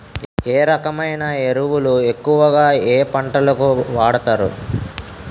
ఏ రకమైన ఎరువులు ఎక్కువుగా ఏ పంటలకు వాడతారు?